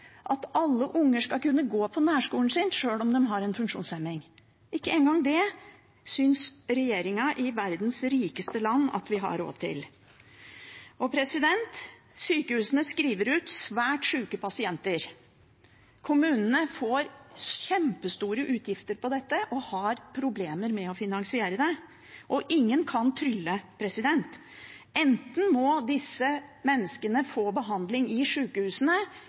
at alle barn skal kunne gå på nærskolen sin sjøl om de har en funksjonshemning. Ikke engang det synes regjeringen i verdens rikeste land at vi har råd til. Sykehusene skriver ut svært syke pasienter. Kommunene får kjempestore utgifter på dette, og har problemer med å finansiere det. Og ingen kan trylle. Disse menneskene må få behandling enten i